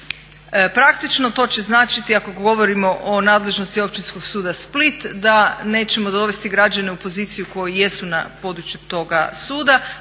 Praktično to će značiti ako govorimo o nadležnosti Općinskog suda Split da nećemo dovesti građane u poziciju u kojoj jesu na području toga suda